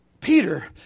Peter